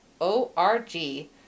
O-R-G